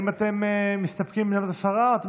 האם אתם מסתפקים בעמדת השרה או שאתם